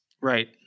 right